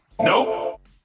Nope